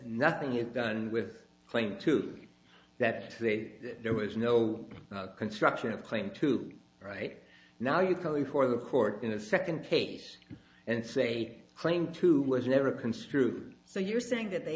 nothing is done with claim to that there was no construction of claim to right now you can leave for the court in a second case and say claim two was never construed so you're saying that they